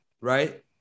right